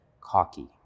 cocky